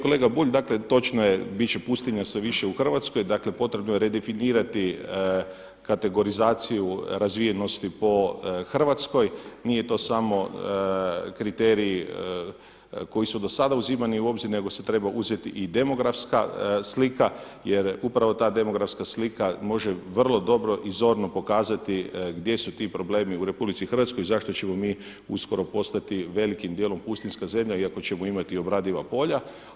Kolega Bulj dakle točno je bit će pustinja sve više u Hrvatskoj, dakle potrebno je redefinirati kategorizaciju razvijenosti po Hrvatskoj, nije to samo kriterij koji su dosada uzimani u obzir nego se treba uzeti i demografska slika jer upravo ta demografska slika može vrlo dobro i zorno pokazati gdje su ti problemi u RH i zašto ćemo mi uskoro postati velikim djelom pustinjska zemlja iako ćemo imati i obradiva polja.